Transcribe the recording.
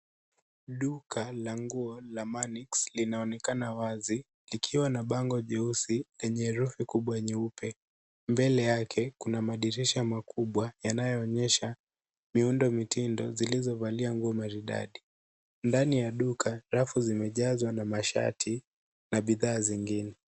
Duka la nguo la manix linaonekana wazi likiwa mabango jeusi lenye herufi kubwa nyeupe. Mbele yake kuna madirisha makubwa yanaonyesha miundo mitindo zilizovalia nguo maridadi. Ndani ya duka rafu zimejaa na mashati na bidhaa zingine.